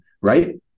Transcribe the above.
right